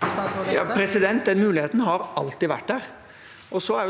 Den mu- ligheten har alltid vært der.